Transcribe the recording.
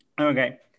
Okay